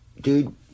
Dude